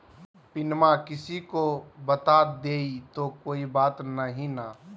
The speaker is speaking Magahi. पिनमा किसी को बता देई तो कोइ बात नहि ना?